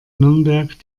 nürnberg